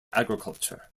agriculture